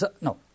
No